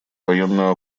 военную